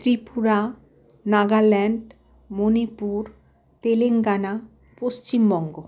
Tripura Nagaland Manipur Telangana Paschimbanga